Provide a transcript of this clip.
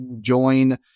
join